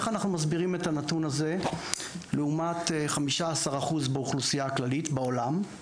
איך אנחנו מסבירים את הנתון הזה לעומת 15% באוכלוסייה הכללית בעולם?